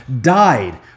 died